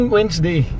Wednesday